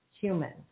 human